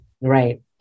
Right